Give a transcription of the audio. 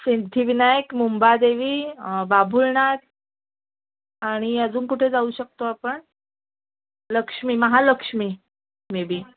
सिद्धिविनायक मुंबादेवी बाबुलनाथ आणि अजून कुठे जाऊ शकतो आपण लक्ष्मी महालक्ष्मी मे बी